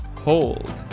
hold